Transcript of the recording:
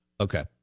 Okay